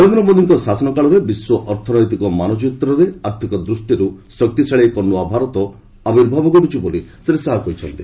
ନରେନ୍ଦ୍ର ମୋଦିଙ୍କ ଶାସନ କାଳରେ ବିଶ୍ୱ ଅର୍ଥନୈତିକ ମାନଚିତ୍ରରେ ଆର୍ଥିକ ଦୃଷ୍ଟିରୁ ଶକ୍ତିଶାଳୀ ଏକ ନୂଆ ଭାରତ ଆବିର୍ଭାବ ଘଟୁଛି ବୋଲି ଶ୍ରୀ ଶାହା କହିଛନ୍ତି